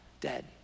dead